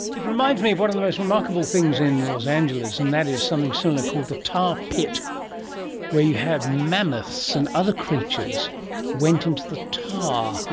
it reminds me of one of the most remarkable things in los angeles, and that is something similar called the tar pit where you have mammoths and other creatures went into the tar,